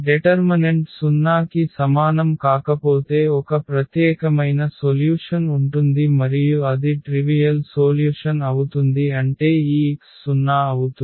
determinant 0 కి సమానం కాకపోతే ఒక ప్రత్యేకమైన సొల్యూషన్ ఉంటుంది మరియు అది ట్రివియల్ సోల్యుషన్ అవుతుంది అంటే ఈ x 0 అవుతుంది